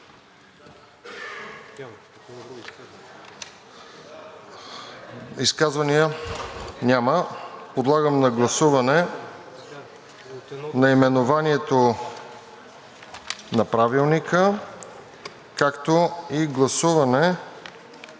Изказвания? Няма. Подлагам на гласуване наименованието на Правилника, както и гласуване на текстовете